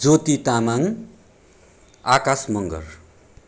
Jyoti Tamang Akash Magar